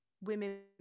women